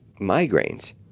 migraines